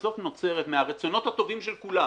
שבסוף נוצרת מהרצונות הטובים של כולם